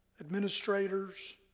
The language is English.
administrators